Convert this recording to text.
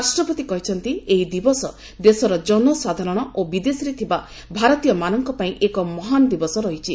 ରାଷ୍ଟ୍ରପତି କହିଛନ୍ତି ଏହି ଦିବସ ଦେଶର ଜନସାଧାରଣ ଓ ବିଦେଶରେ ଥିବା ଭାରତୀୟମାନଙ୍କ ପାଇଁ ଏକ ମହାନ ଦିବସ ରହିଛି